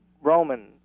Roman